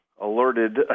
alerted